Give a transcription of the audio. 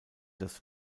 das